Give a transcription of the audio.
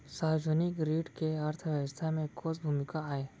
सार्वजनिक ऋण के अर्थव्यवस्था में कोस भूमिका आय?